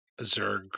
Zerg